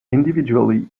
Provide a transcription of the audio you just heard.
individually